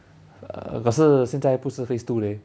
uh 可是现在不是 phase two leh